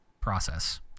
process